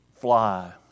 fly